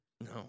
No